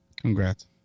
Congrats